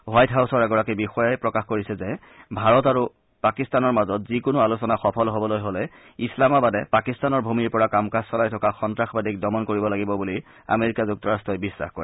white হাউচৰ এগৰাকী বিষয়াই প্ৰকাশ কৰিছে যে ভাৰত আৰু পাকিস্তানৰ মাজত যিকোনো আলোচনা সফল হবলৈ হলে ইছলামাবাদে পাকিস্তানৰ ভূমিৰ পৰা কাম কাজ চলাই থকা সন্তাসবাদীক দমন কৰিব লাগিব বুলি আমেৰিকা যুক্তৰাষ্টই বিশ্বাস কৰে